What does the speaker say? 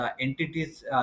entities